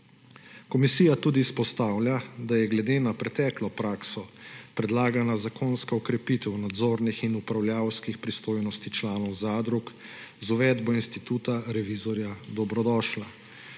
Komisija tudi izpostavlja, da je glede na preteklo prakso predlagana zakonska okrepitev nadzornih in upravljavskih pristojnosti članov zadrug z uvedbo instituta revizorja dobrodošla.